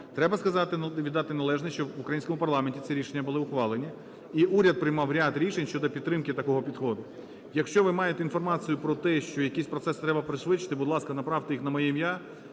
Треба сказати і віддати належне, що в українському парламенті ці рішення були ухвалені, і уряд приймав ряд рішень щодо підтримки такого підходу. Якщо ви маєте інформацію про те, що якісь процеси треба пришвидшити, будь ласка, направте їх на моє ім'я,